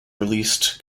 released